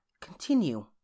Continue